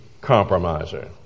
compromiser